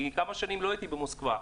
כי כמה שנים לא הייתי במוסקבה.